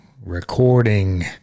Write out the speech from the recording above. recording